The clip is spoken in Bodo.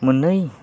मोननै